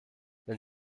wenn